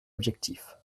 objectif